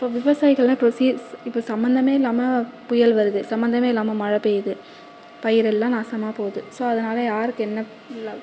இப்போ விவசாயிகள்லாம் இப்போ இப்போ சம்பந்தமே இல்லாமல் புயல் வருது சம்பந்தமே இல்லாமல் மழை பெய்யிது பயிரெல்லாம் நாசமாக போகுது ஸோ அதனால யாருக்கு என்ன